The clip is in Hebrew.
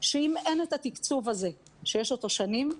שאם אין את התקצוב הזה שיש אותו שנים,